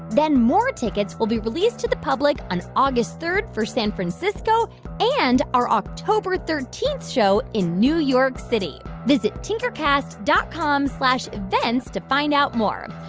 then more tickets will be released to the public on august three for san francisco and our october thirteen show in new york city. visit tinkercast dot com slash events to find out more.